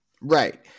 Right